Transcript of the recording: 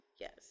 Yes